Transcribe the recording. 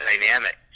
dynamic